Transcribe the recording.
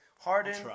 Harden